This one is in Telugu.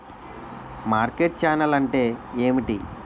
మార్కెట్ ఛానల్ అంటే ఏమిటి?